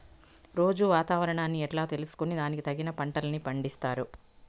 రోజూ వాతావరణాన్ని ఎట్లా తెలుసుకొని దానికి తగిన పంటలని పండిస్తారు?